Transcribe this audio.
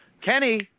Kenny